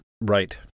right